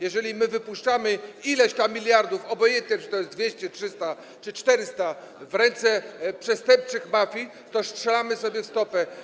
Jeżeli my wypuszczamy ileś tam miliardów, obojętnie, czy to jest 200, 300 czy 400, w ręce przestępczych mafii, to strzelamy sobie w stopę.